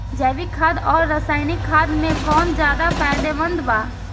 जैविक खाद आउर रसायनिक खाद मे कौन ज्यादा फायदेमंद बा?